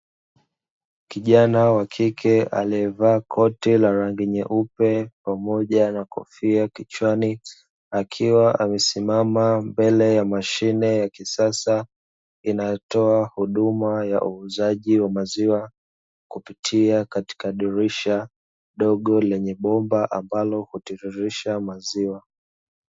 Kijana wa kike aliyevaa koti la rangi nyeupe pamoja na kofia kichwani akiwa amesimama mbele ya mashine ya kisasa inayotoa huduma ya uuzaji wa maziwa kupitia katika dirisha dogo lenye bomba ambalo hutiririsha maziwa.